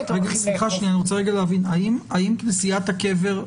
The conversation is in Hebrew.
אני רוצה להבין, האם כנסיית הקבר,